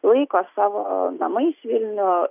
laiko savo namais vilnių